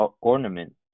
ornament